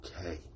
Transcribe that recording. okay